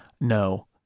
no